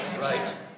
Right